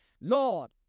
Lord